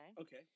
Okay